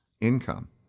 income